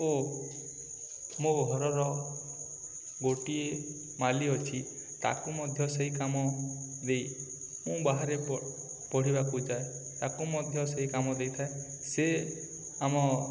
ଓ ମୋ ଘରର ଗୋଟିଏ ମାଳି ଅଛି ତାକୁ ମଧ୍ୟ ସେଇ କାମ ଦେଇ ମୁଁ ବାହାରେ ପଢ଼ିବାକୁ ଯାଏ ତାକୁ ମଧ୍ୟ ସେଇ କାମ ଦେଇଥାଏ ସେ ଆମ